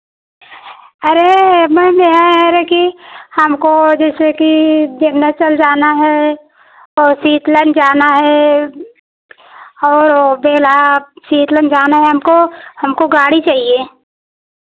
अरे मैम ये हैं अरे कि हमको जैसे कि विंध्याचल जाना है और सीतलन जाना है और वो बेल्हा सीतलन जाना है हमको हमको गाड़ी चाहिए